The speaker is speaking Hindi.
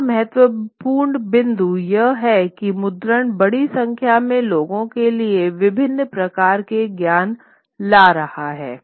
एक और महत्वपूर्ण बिंदु यह है कि मुद्रण बड़ी संख्या में लोगों के लिए विभिन्न प्रकार के ज्ञान ला रहा है